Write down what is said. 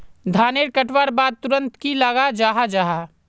धानेर कटवार बाद तुरंत की लगा जाहा जाहा?